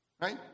Right